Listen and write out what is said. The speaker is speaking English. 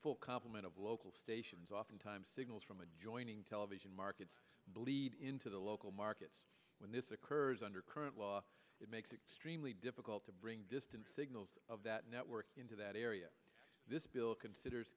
full complement of local stations oftentimes signals from adjoining television markets bleed into the local markets when this occurs under current law it makes it extremely difficult to bring distance signals of that network into that area this bill considers